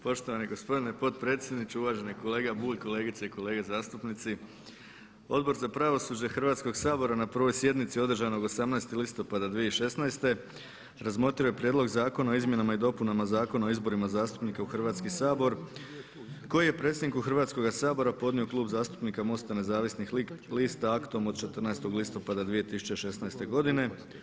Poštovani gospodine potpredsjedniče, uvaženi kolega Bulj, kolegice i kolege zastupnici Odbor za pravosuđe Hrvatskog sabora na 1. sjednici održanoj 18. listopada 2016. razmotrio je prijedlog Zakona o izmjenama i dopunama Zakona o izborima zastupnika u Hrvatski sabor koji je predsjedniku Hrvatskoga sabora podnio Klub zastupnika MOST-a Nezavisnih lista aktom od 14. listopada 2016. godine.